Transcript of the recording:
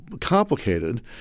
complicated